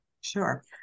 Sure